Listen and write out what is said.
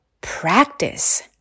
practice